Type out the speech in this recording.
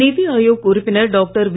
நிதி ஆயோக் உறுப்பினர் doctor we